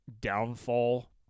downfall